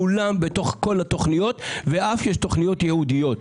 כולם בתוך כל התוכניות ואפילו יש תוכניות ייעודיות.